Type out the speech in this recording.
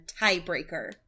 tiebreaker